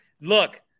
Look